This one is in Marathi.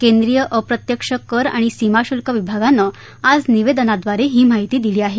केंद्रीय अप्रत्यक्ष कर आणि सीमाशुल्क विभागानं आज निवेदनाद्वारे ही माहिती दिली आहे